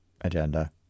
agenda